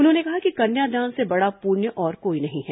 उन्होंने कहा कि कन्यादान से बड़ा पृण्य और कोई नहीं है